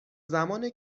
زمان